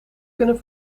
kunnen